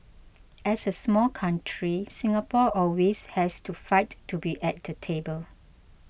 as a small country Singapore always has to fight to be at the table